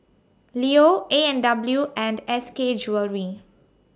Leo A and W and S K Jewellery